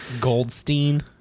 goldstein